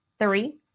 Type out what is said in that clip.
Three